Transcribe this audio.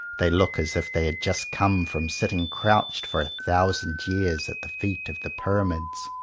they look as if they had just come from sitting crouched for a thousand years at the feet of the pyramids.